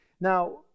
Now